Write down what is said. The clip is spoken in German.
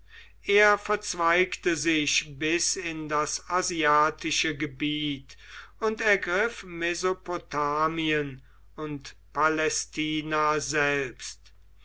er verzweigte sich bis in das asiatische gebiet und ergriff mesopotamien und palästina selbst